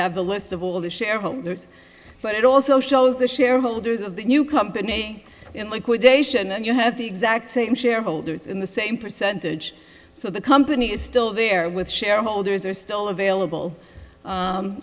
have a list of all the shareholders but it also shows the shareholders of the new company and liquidation and you have the exact same shareholders in the same percentage so the company is still there with shareholders are still available